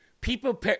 people